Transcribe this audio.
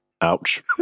Ouch